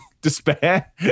despair